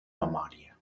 memòria